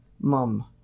Mum